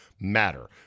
matter